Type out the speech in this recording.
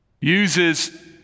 uses